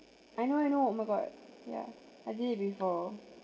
I know I know oh my god yeah I did it before